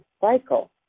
cycle